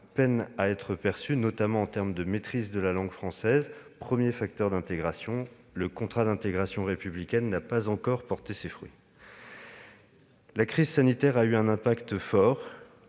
peinent à être perçus, notamment en termes de maîtrise de la langue française, premier facteur d'intégration. Le contrat d'intégration républicaine n'a pas encore porté ses fruits. La crise sanitaire a eu un impact fort